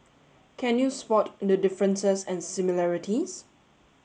can you spot the differences and similarities